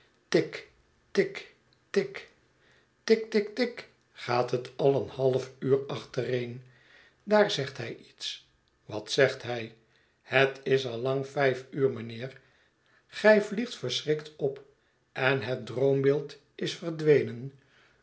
tik tik tik tik tik tik gaat het al een half uur achtereen daar zegt hij iets wat zegt hy het is al lang vijf uur mijnheer gij vliegt verschrikt op en het droombeeld is verdwenen